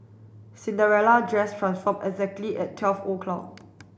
Cinderella dress transformed exactly at twelve o'clock